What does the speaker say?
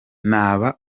naba